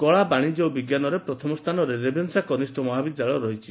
କଳା ବାଶିଜ୍ୟ ଓ ବିଙ୍କାନରେ ପ୍ରଥମ ସ୍ଚାନରେ ରେଭେନ୍ସା କନିଷ୍ ମହାବିଦ୍ୟାଳୟ ରହିଛି